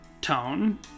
tone